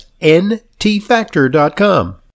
NTFactor.com